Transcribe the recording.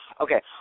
Okay